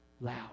loud